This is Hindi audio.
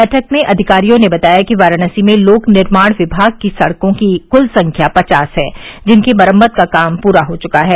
बैठक में अधिकारियों ने बताया कि वाराणसी में लोक निर्माण विभाग की सड़कों की क्ल संख्या पचास है जिनकी मरम्मत का कार्य पूरा हो चुका है